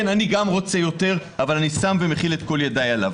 כן, אני גם רוצה יותר, אבל אני שם את ידיי עליו.